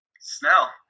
Snell